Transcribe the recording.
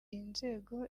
inzego